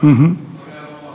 כפרי-הנוער